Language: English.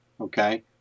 okay